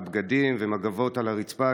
לבגדים ולמגבות על הרצפה,